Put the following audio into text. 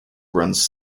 runs